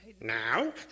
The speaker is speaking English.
Now